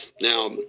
Now